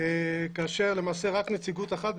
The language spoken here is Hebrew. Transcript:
כאשר למעשה רק נציגות אחת,